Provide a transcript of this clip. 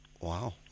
Wow